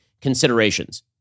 considerations